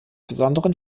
besonderen